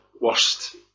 worst